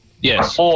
yes